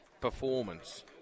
performance